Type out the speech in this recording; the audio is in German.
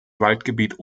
waldgebiet